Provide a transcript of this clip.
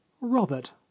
robert